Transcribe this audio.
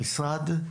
המשרד,